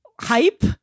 hype